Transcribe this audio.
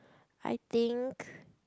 I think